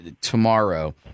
tomorrow